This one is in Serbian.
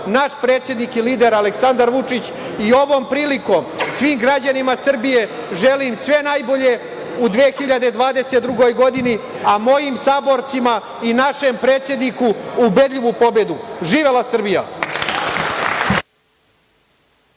naš predsednik i lider Aleksandar Vučić. Ovom prilikom svim građanima Srbije želim sve najbolje u 2022. godini, a mojim saborcima i našem predsedniku ubedljivu pobedu. Živela Srbija.